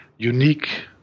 Unique